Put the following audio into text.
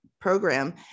program